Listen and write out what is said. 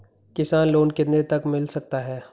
किसान लोंन कितने तक मिल सकता है?